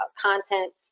content